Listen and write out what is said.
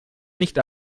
nicht